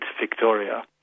Victoria